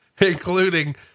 including